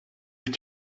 have